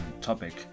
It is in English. topic